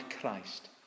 Christ